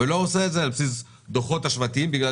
ולא עושה את זה על בסיס דוחות השוואתיים בגלל